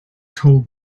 told